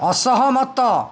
ଅସହମତ